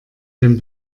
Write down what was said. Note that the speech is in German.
dem